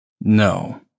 No